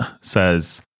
says